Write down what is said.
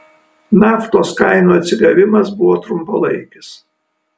naftos kainų atsigavimas bus trumpalaikis